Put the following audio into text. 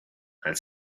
had